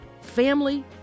family